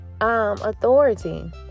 authority